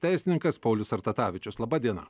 teisininkas paulius sartatavičius laba diena